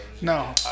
No